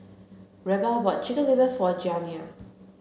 Reba bought chicken liver for Janiah